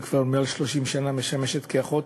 היא כבר מעל 30 שנה משמשת אחות.